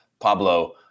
Pablo